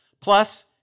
Plus